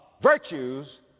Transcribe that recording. virtues